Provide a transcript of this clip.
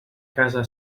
casa